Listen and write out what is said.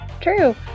true